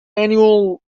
annual